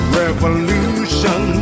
revolution